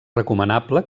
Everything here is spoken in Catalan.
recomanable